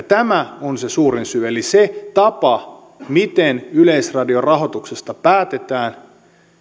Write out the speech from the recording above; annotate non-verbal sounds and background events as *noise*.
*unintelligible* tämä on se suurin syy eli se tapa miten yleisradion rahoituksesta päätetään